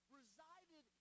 resided